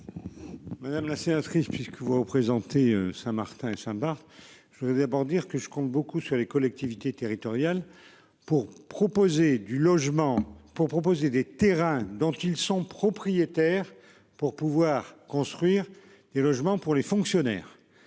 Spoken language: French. Madame la sénatrice, puisque vous représentez Saint-Martin et Saint-Barth. Je voudrais d'abord dire que je compte beaucoup sur les collectivités territoriales pour proposer du logement pour proposer des terrains dont ils sont propriétaires. Pour pouvoir construire des logements pour les fonctionnaires.